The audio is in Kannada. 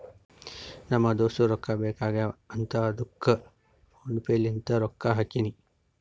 ನಮ್ ದೋಸ್ತುಗ್ ರೊಕ್ಕಾ ಬೇಕ್ ಆಗೀವ್ ಅಂತ್ ಅದ್ದುಕ್ ಫೋನ್ ಪೇ ಲಿಂತ್ ರೊಕ್ಕಾ ಹಾಕಿನಿ